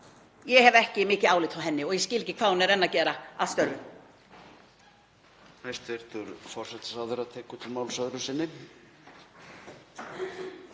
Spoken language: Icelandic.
ég hef ekki mikið álit á henni og ég skil ekki hvað hún er enn að gera að störfum.